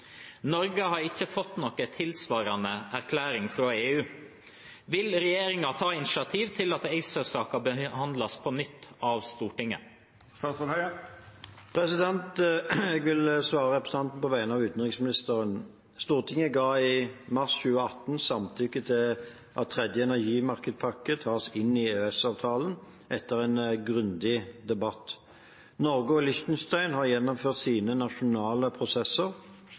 Norge har ikke fått noen tilsvarende erklæring fra EU. Vil regjeringen ta initiativ til at ACER-saken behandles på nytt av Stortinget?» Jeg vil svare representanten Gjelsvik på vegne av utenriksministeren. Stortinget ga i mars 2018 samtykke til at tredje energimarkedspakke tas inn i EØS-avtalen, etter en grundig debatt. Norge og Liechtenstein har gjennomført sine nasjonale prosesser.